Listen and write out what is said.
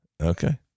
Okay